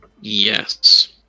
Yes